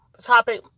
topic